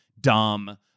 dumb